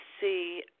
see